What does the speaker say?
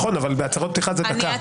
הצהרות פתיחה זה דקה.